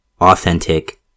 authentic